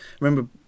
remember